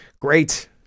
Great